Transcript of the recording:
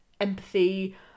empathy